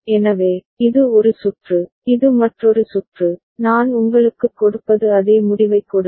எனவே இது ஒரு சுற்று இது மற்றொரு சுற்று நான் உங்களுக்குக் கொடுப்பது அதே முடிவைக் கொடுக்கும்